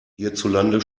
hierzulande